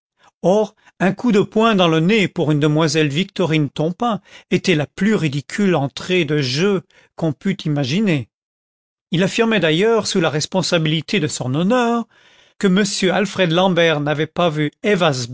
or un coup de poing dans le nez pour une demoiselle victorine tompain était la plus ridicule entrée de jeu qu'on pût imaginer il affirmait d'ailleurs sous la responsabilité de son honneur que m alfred l'ambert n'avait pas vu